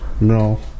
No